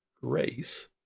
Grace